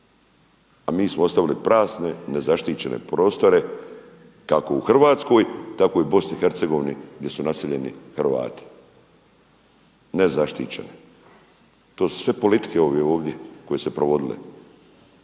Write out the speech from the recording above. a mi smo ostavili prazne, nezaštićene prostore kako u Hrvatskoj tako i u BiH gdje su naseljeni Hrvati, nezaštićene. To su sve politike ove ovdje koje su se provodile,